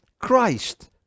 Christ